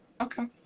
Okay